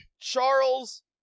Charles